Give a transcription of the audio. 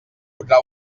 podrà